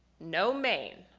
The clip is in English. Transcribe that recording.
no maine.